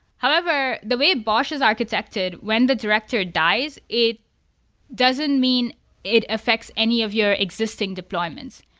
however, the way bosh is architected, when the director dies, it doesn't mean it affects any of your existing deployments.